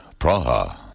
Praha